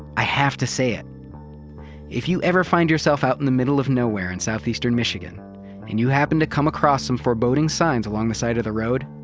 i have to say it if you ever find yourself out in the middle of nowhere in southeastern michigan and you happen to come across some foreboding signs along the side of the road,